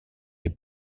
est